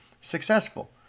successful